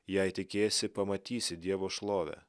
jei tikėsi pamatysi dievo šlovę